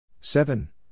seven